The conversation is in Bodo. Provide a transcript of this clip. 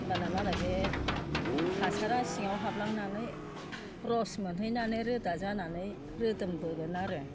होनबाना मा होनो बे हासारा सिङाव हाबलांनानै रस मोनहैनानै रोदा जानानै रोदोमबोगोन आरो